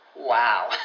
wow